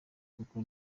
kuko